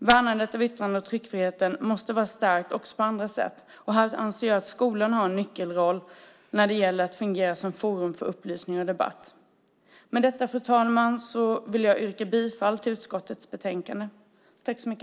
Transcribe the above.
Värnandet av yttrande och tryckfriheten måste stärkas också på andra sätt. Här anser jag att skolan har en nyckelroll att fungera som ett forum för upplysning och debatt. Fru talman! Jag yrkar bifall till förslaget i utskottets betänkande.